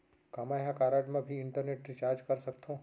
का मैं ह कारड मा भी इंटरनेट रिचार्ज कर सकथो